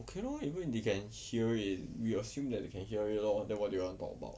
okay lor even if they can hear it we assume that they can hear it lor then what do you want to talk about